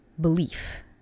belief